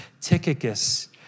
Tychicus